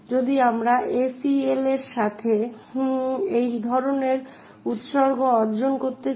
বিশেষ করে যদি আপনার এমন একটি ক্ষমতা থাকে যা একাধিক ফাইলের পরিষেবা দেওয়ার জন্য ব্যবহার করা হয়